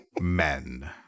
men